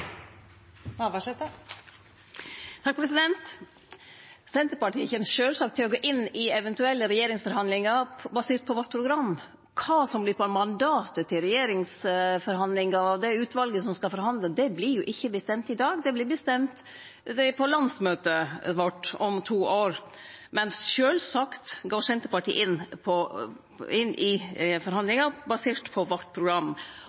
Senterpartiet kjem sjølvsagt til å gå inn i eventuelle regjeringsforhandlingar basert på vårt program. Kva som vert mandatet til regjeringsforhandlingar og det utvalet som skal forhandle, vert jo ikkje bestemt i dag. Det vert bestemt på landsmøtet vårt om to år, men sjølvsagt går Senterpartiet inn i forhandlingar basert på vårt program.